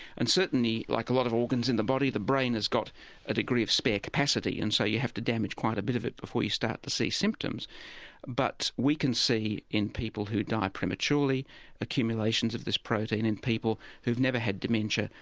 and certainly, like a lot of organs in the body, the brain has got a degree of spare capacity and so you have to damage quite a bit of it before you start to see symptoms but we can see in people who die prematurely accumulations of this protein in people who've never had dementia,